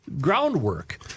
groundwork